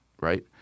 right